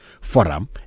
forum